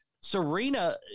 Serena